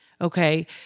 Okay